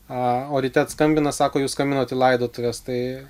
a o ryte skambina sako jūs skambinot į laidotuves tai